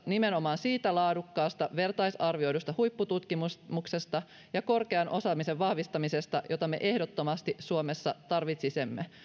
nimenomaan siitä laadukkaasta vertaisarvioidusta huippututkimuksesta ja korkean osaamisen vahvistamisesta jota me ehdottomasti suomessa tarvitsisimme